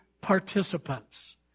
participants